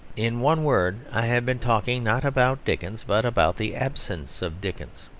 in one word, i have been talking not about dickens, but about the absence of dickens.